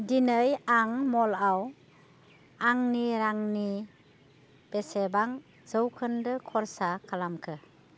दिनै आं मलआव आंनि रांनि बेसेबां जौखोन्दो खरसा खालामखो